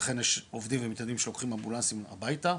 ולכן יש עובדים ומתנדבים שלוקחים אמבולנסים הביתה,